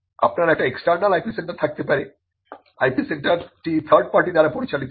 আপনার একটি external IP centre থাকতে পারে IP সেন্টার টি থার্ড পার্টি দ্বারা পরিচালিত হয়